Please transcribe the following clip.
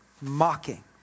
mocking